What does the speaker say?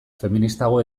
feministago